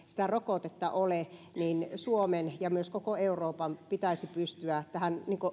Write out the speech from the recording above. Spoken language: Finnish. sitä rokotetta ole suomen ja myös koko euroopan pitäisi pystyä